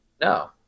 No